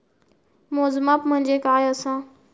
मोजमाप म्हणजे काय असा?